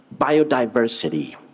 biodiversity